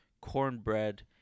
cornbread